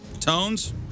Tones